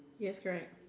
yes correct